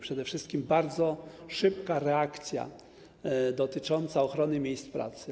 Przede wszystkim bardzo szybka była reakcja dotycząca ochrony miejsc pracy.